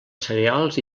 cereals